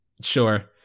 Sure